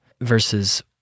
versus